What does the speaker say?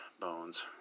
bones